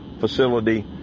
facility